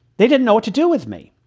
they didn't know what to do with me.